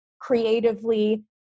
creatively